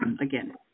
again